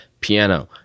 piano